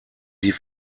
die